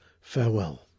Farewell